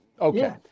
okay